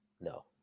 No